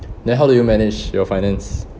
then how do you manage your finance